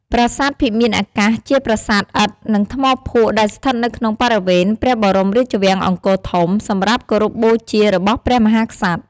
ប្រាសាទភិមានអាកាស ជាប្រាសាទឥដ្ឋ និងថ្មភក់ដែលស្ថិតនៅក្នុងបរិវេណព្រះបរមរាជវាំងអង្គរធំ សម្រាប់គោរពបូជារបស់ព្រះមហាក្សត្រ។